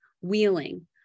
wheeling